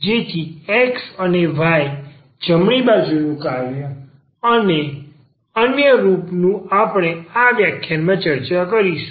તેથી x અને y જમણી બાજુનું કાર્ય અને અન્ય રૂપ નું આપણે આ વ્યાખ્યાનમાં ચર્ચા કરીશું